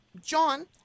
John